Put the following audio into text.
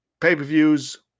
pay-per-views